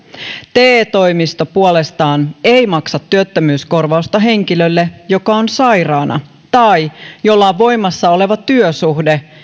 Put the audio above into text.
te toimisto puolestaan ei maksa työttömyyskorvausta henkilölle joka on sairaana tai jolla on voimassa oleva työsuhde